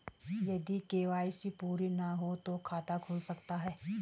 यदि के.वाई.सी पूरी ना हो तो खाता खुल सकता है?